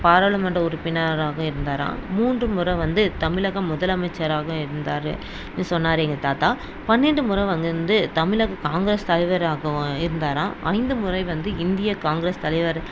பாராளுமன்ற உறுப்பினராகவும் இருந்தாராம் மூன்று முறை வந்து தமிழக முதலமைச்சராகவும் இருந்தார் அப்படின்னு சொன்னார் எங்கள் தாத்தா பன்னெண்டு முறை வந்து தமிழக காங்கிரஸ் தலைவராகவும் இருந்தாராம் ஐந்து முறை வந்து இந்திய காங்கிரஸ் தலைவர்